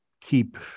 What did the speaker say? keep